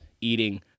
eating